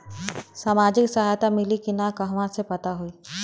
सामाजिक सहायता मिली कि ना कहवा से पता होयी?